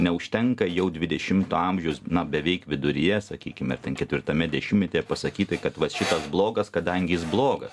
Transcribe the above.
neužtenka jau dvidešimto amžiaus na beveik viduryje sakykime ten ketvirtame dešimtmetyje pasakyti kad va šitas blogas kadangi jis blogas